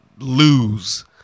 lose